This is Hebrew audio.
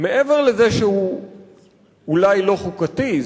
מעבר לזה שהוא אולי לא חוקתי,